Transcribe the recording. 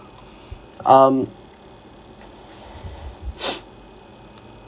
um